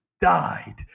died